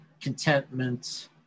contentment